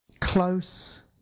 close